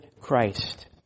Christ